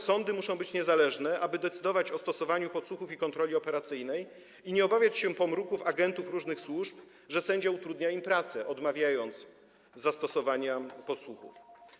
Sądy muszą być niezależne, aby decydować o stosowaniu podsłuchów i kontroli operacyjnej i nie obawiać się pomruków agentów różnych służb, że sędzia utrudnia im pracę, odmawiając zastosowania podsłuchów.